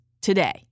today